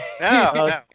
No